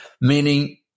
meaning